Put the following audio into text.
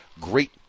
great